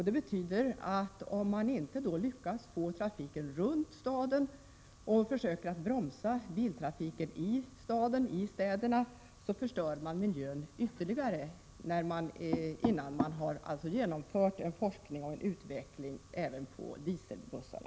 Det innebär att om man inte lyckas få trafiken runt städerna och försöker bromsa biltrafiken i städerna, så förstör man miljön ytterligare innan man har genomfört en forskning och utveckling även när det gäller dieselbussarna.